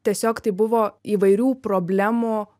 tiesiog tai buvo įvairių problemų